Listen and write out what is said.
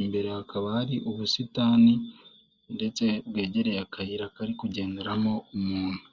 imbere, hakaba hari ubusitani ndetse bwegereye akayira kari kugenderamo umuntu.